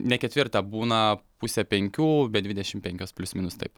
ne ketvirtą būna pusę penkių be dvidešimt penkios plius minus taip